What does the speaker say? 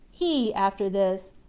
he, after this,